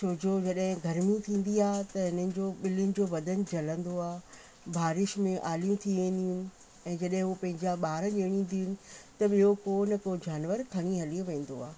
छोजो करे गर्मी थींदी आहे त हिननि जो ॿिलियुनि जो बदनु जलंदो आहे बारिश में आलियूं थी वेंदियूं ऐं जॾहिं हो पंहिंजा ॿार ॼणंदियूं आहिनि त ॿियो को न को जानवर खणी हली वेंदो आहे